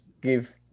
give